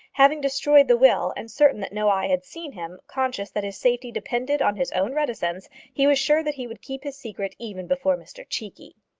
having destroyed the will, and certain that no eye had seen him, conscious that his safety depended on his own reticence, he was sure that he would keep his secret even before mr cheekey.